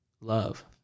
love